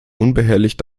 unbehelligt